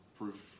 proof